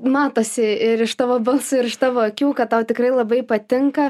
matosi ir iš tavo balso ir iš tavo akių kad tau tikrai labai patinka